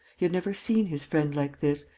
he had never seen his friend like this,